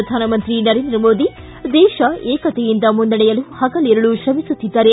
ಪ್ರಧಾನಮಂತ್ರಿ ನರೇಂದ್ರ ಮೋದಿ ದೇಶ ಏಕತೆಯಿಂದ ಮುನ್ನಡೆಯಲು ಹಗಲಿರುಳು ಶ್ರಮಿಸುತ್ತಿದ್ದಾರೆ